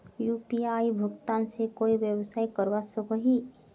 UPI भुगतान से कोई व्यवसाय करवा सकोहो ही?